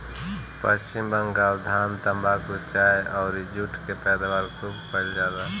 पश्चिम बंगाल धान, तम्बाकू, चाय अउरी जुट के पैदावार खूब कईल जाला